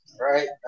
right